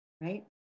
right